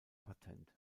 patent